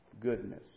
goodness